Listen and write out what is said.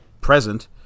present